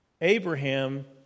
Abraham